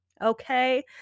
Okay